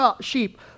sheep